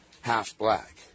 half-black